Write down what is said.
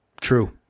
True